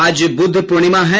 आज बुद्ध पूर्णिमा है